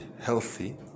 healthy